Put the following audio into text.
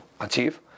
achieve